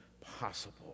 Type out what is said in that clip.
possible